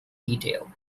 detail